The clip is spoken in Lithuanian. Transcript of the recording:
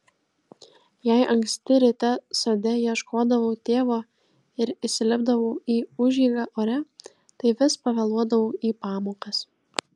jei anksti ryte sode ieškodavau tėvo ir įsilipdavau į užeigą ore tai vis pavėluodavau į pamokas